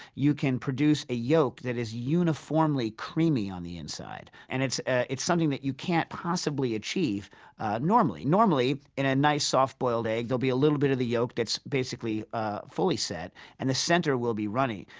you can produce a yolk that is uniformly creamy on the inside. and it's ah it's something that you can't possibly achieve normally normally in a nice soft-boiled egg, there will be a little bit of the yolk that's basically fully set and the center will be runny.